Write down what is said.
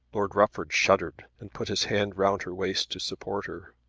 lord rufford shuddered and put his hand round her waist to support her.